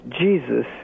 Jesus